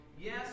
yes